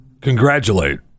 congratulate